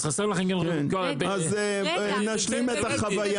אז חסר לכם --- אז נשלים את החוויה.